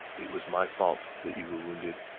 it was my fault that you were wounded!